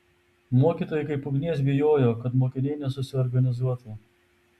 mokytojai kaip ugnies bijojo kad mokiniai nesusiorganizuotų